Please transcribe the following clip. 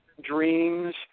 dreams